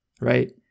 right